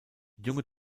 junge